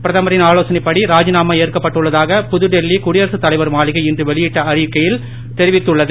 பிரதமரின் ஆலோசனைப்படி ராஜினாமா ஏற்கப்பட்டுள்ளதாக புதுடெல்லிய குடியரசுத் தலைவர் மாளிகை இன்று வெளியிட்ட அறிவிக்கையில் தெரிவித்துள்ளது